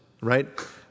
right